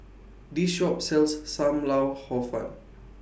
This Shop sells SAM Lau Hor Fun